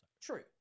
True